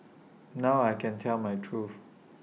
now I can tell my truth